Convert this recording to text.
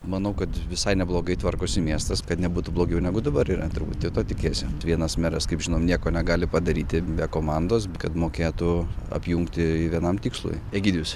manau kad visai neblogai tvarkosi miestas kad nebūtų blogiau negu dabar yra turbūt to tikiesi vienas meras kaip žinom nieko negali padaryti be komandos kad mokėtų apjungti vienam tikslui egidijus